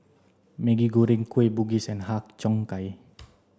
Maggi Goreng Kueh Bugis and Har Cheong Gai